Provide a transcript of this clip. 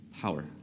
Power